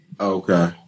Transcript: Okay